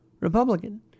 Republican